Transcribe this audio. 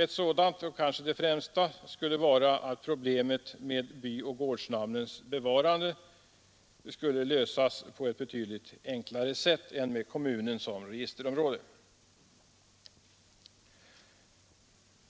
Ett skäl och kanske det främsta skulle vara att problemet med byoch gårdsnamnens bevarande då skulle lösas på ett betydligt enklare sätt än med kommunen som registerområde.